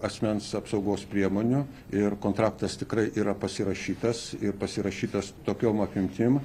asmens apsaugos priemonių ir kontraktas tikrai yra pasirašytas ir pasirašytas tokiom apimtim